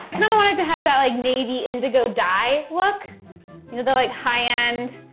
kinda want it to have that like, navy, indigo dye look. you know, the like, high-end,